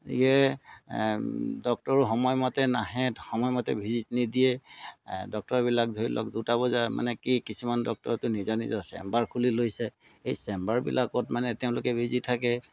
গতিকে ডক্টৰো সময়মতে নাহে সময়মতে ভিজিট নিদিয়ে ডক্টৰবিলাক ধৰি লওক দুটা বজাৰ মানে কি কিছুমান ডক্টৰতো নিজৰ নিজৰ চেম্বাৰ খুলি লৈছে সেই চেম্বাৰবিলাকত মানে তেওঁলোকে বিজি থাকে